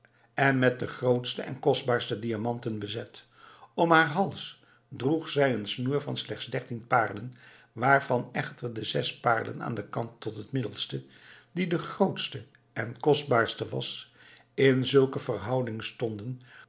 en met de grootste en kostbaarste diamanten bezet om den hals droeg zij een snoer van slechts dertien paarlen waarvan echter de zes paarlen aan den kant tot de middelste die de grootste en kostbaarste was in zulke verhouding stonden